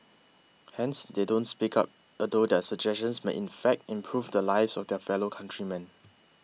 hence they don't speak up although their suggestions may in fact improve the lives of their fellow countrymen